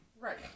Right